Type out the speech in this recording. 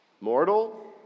mortal